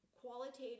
qualitative